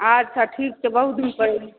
अच्छा ठीक छै बहुत दिन पर एलियै